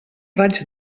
raig